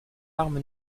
arme